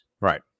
Right